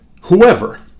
Whoever